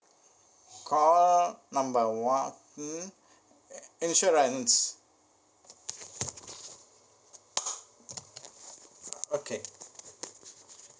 call number one uh insurance okay